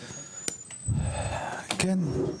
כן,